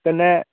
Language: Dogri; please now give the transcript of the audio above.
कन्नै